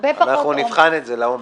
אנחנו נבחן את זה לעומק.